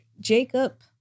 Jacob